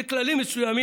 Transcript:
לפי כללים מסוימים,